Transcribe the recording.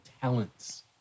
talents